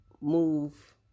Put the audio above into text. move